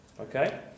Okay